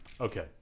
Okay